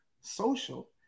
social